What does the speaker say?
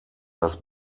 das